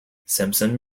simpson